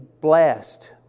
blessed